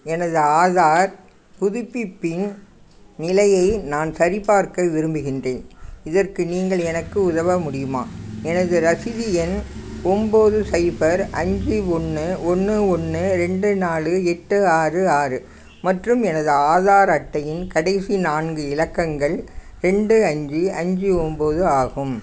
எனது ஆதார் புதுப்பிப்பின் நிலையை நான் சரிபார்க்க விரும்புகின்றேன் இதற்கு நீங்கள் எனக்கு உதவ முடியுமா எனது ரசீது எண் ஒம்பது சைஃபர் அஞ்சு ஒன்று ஒன்று ஒன்று ரெண்டு நாலு எட்டு ஆறு ஆறு மற்றும் எனது ஆதார் அட்டையின் கடைசி நான்கு இலக்கங்கள் ரெண்டு அஞ்சு அஞ்சு ஒம்பது ஆகும்